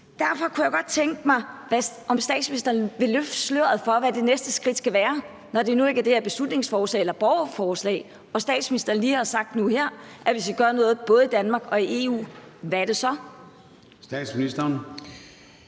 Derfor kunne jeg godt tænke mig, at statsministeren ville løfte sløret for, hvad det næste skridt skal være, når det nu ikke er det her beslutningsforslag, altså borgerforslaget, og når statsministeren lige har sagt nu her, at vi både skal gøre noget i Danmark og i EU. Hvad er det så? Kl.